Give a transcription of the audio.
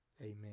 amen